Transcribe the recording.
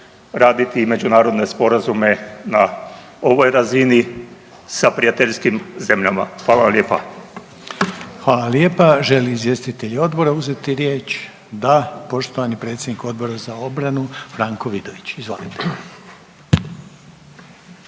raditi i međunarodne sporazume na ovoj razini sa prijateljskim zemljama. Hvala vam lijepa. **Reiner, Željko (HDZ)** Hvala lijepa. Žele li izvjestitelji Odbora uzeti riječ? Da. Poštovani predsjednik Odbora za obranu Franko Vidović, izvolite.